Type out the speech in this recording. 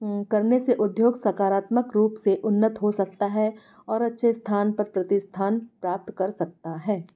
करने से उद्योग सकारात्मक रूप से उन्नत हो सकता है और अच्छे स्थान पर प्रतिस्थान प्राप्त कर सकता है